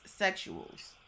sexuals